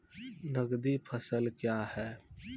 नगदी फसल क्या हैं?